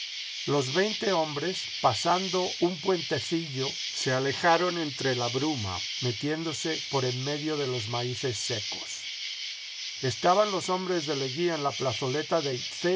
los veinte hombres pasando un puentecillo se alejaron entre la bruma metiéndose por en medio de los maíces secos estaban los hombres de leguía en la plazoleta de